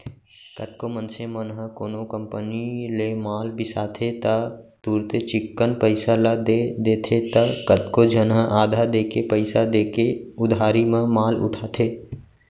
कतको मनसे मन ह कोनो कंपनी ले माल बिसाथे त तुरते चिक्कन पइसा ल दे देथे त कतको झन ह आधा देके पइसा देके उधारी म माल उठाथे